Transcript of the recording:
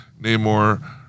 Namor